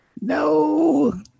no